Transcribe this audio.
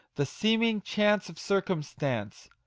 the seeming chance of circumstance,